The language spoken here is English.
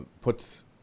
puts